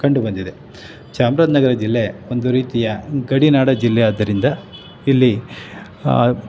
ಕಂಡು ಬಂದಿದೆ ಚಾಮರಾಜನಗರ ಜಿಲ್ಲೆ ಒಂದು ರೀತಿಯ ಗಡಿನಾಡ ಜಿಲ್ಲೆಯಾದ್ದರಿಂದ ಇಲ್ಲಿ